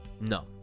No